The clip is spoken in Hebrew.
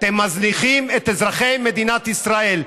אתם מזניחים את אזרחי מדינת ישראל.